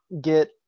get